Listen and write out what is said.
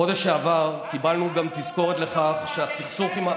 בחודש שעבר קיבלנו גם תזכורת לכך שהסכסוך עם,